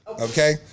okay